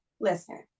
Listen